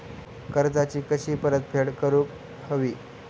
कर्जाची कशी परतफेड करूक हवी?